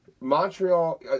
Montreal